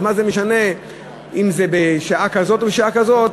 אז מה זה משנה אם זה בשעה כזאת או בשעה כזאת?